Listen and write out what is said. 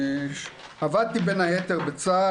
עבדתי בין היתר בצה"ל,